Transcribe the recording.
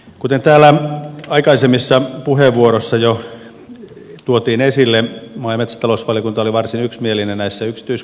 kuten täällä aikaisemmissa puheenvuoroissa jo tuotiin esille maa ja metsätalousvaliokunta oli varsin yksimielinen näissä yksityiskohdissa